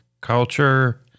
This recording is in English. culture